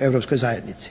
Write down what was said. Europskoj zajednici.